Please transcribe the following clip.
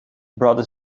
brought